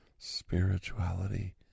spirituality